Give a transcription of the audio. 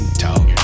talk